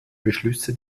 beschlüsse